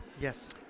yes